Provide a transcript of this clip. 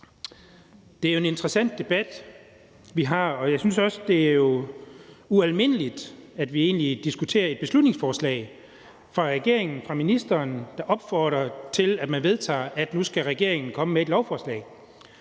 Det er jo en interessant debat, vi har, og jeg synes også, det er ualmindeligt, at vi egentlig diskuterer et beslutningsforslag fra regeringen og ministeren, der opfordrer til, at man vedtager, at nu skal regeringen komme med et lovforslag.